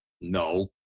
no